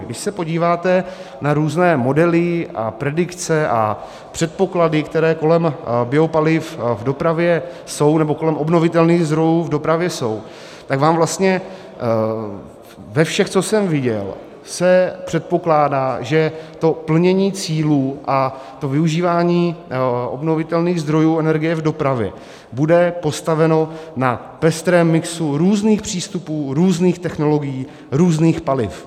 Když se podíváte na různé modely, predikce a předpoklady, které kolem biopaliv v dopravě nebo kolem obnovitelných zdrojů v dopravě jsou, tak vlastně ve všech, co jsem viděl, se předpokládá, že plnění cílů a využívání obnovitelných zdrojů energie v dopravě bude postaveno na pestrém mixu různých přístupů, různých technologií, různých paliv.